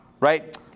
right